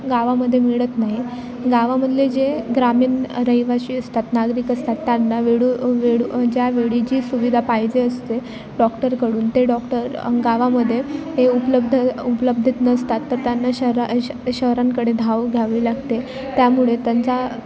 गावामध्ये मिळत नाही गावामधले जे ग्रामीण रहिवासी असतात नागरिक असतात त्यांना वेडू अ वेडू ज्यावेडी जी सुविधा पाहिजे असते डॉक्टरकडून ते डॉक्टर गावामध्ये हे उपलब्ध उपलब्धित नसतात तर त्यांना शहर श शहरांकडे धाव घ्यावी लागते त्यामुळे त्यांचा